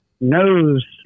knows